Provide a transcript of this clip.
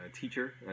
teacher